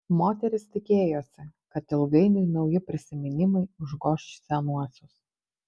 moteris tikėjosi kad ilgainiui nauji prisiminimai užgoš senuosius